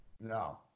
No